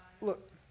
look